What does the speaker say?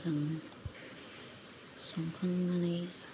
ओजों संखांनानै